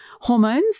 hormones